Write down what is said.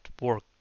work